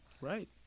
Right